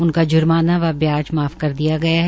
उनका ज्र्माना व ब्याज माफ कर दिया गया है